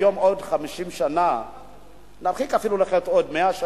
מהיום, עוד 50 שנה, נרחיק לכת, אפילו עוד 100 שנה,